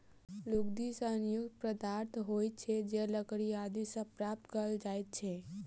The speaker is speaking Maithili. लुगदी सन युक्त पदार्थ होइत छै जे लकड़ी आदि सॅ प्राप्त कयल जाइत छै